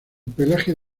pelaje